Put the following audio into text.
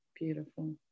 beautiful